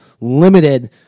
limited